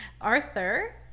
arthur